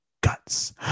guts